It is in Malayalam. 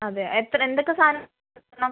അതെ എത്ര എന്തൊക്കെ സാധനങ്ങൾ വേണം